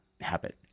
habit